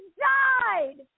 died